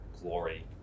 glory